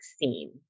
scene